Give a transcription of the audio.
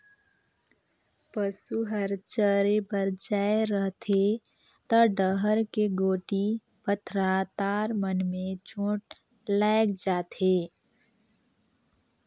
पसू हर चरे बर जाये रहथे त डहर के गोटी, पथरा, तार मन में चोट लायग जाथे